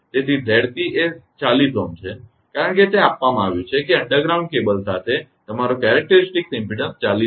તેથી અને 𝑍𝑐 એ 40 Ω છે કારણ કે તે આપવામાં આવ્યું છે કે અંડરગ્રાઉન્ડ કેબલ સાથે તમારો લાક્ષણિક ઇમપેડન્સ 40 Ω નો છે